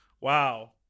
Wow